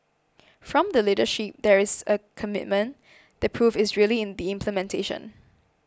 from the leadership there is a commitment the proof is really in the implementation